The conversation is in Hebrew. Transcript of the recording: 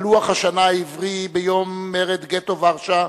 לפי לוח השנה העברי, את יום מרד גטו ורשה,